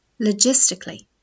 logistically